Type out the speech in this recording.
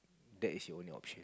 that is your only option